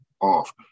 off